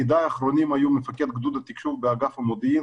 תפקידיי האחרונים היו מפקד גדוד התקשוב באגף המודיעין